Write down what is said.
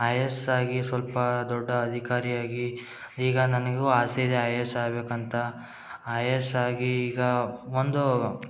I A S ಆಗಿ ಸ್ವಲ್ಪ ದೊಡ್ಡ ಅಧಿಕಾರಿಯಾಗಿ ಈಗ ನನಗೂ ಆಸೆ ಇದೆ ಐ ಎ ಎಸ್ ಆಗಬೇಕಂತ ಐ ಎ ಎಸ್ ಆಗಿ ಈಗ ಒಂದು